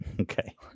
Okay